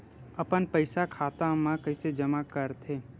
अपन पईसा खाता मा कइसे जमा कर थे?